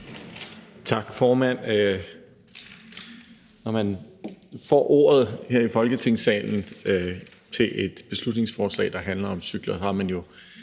Tak, formand. Når man får ordet her i Folketingssalen i forbindelse med et beslutningsforslag, der handler om cykler, får man jo